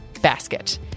basket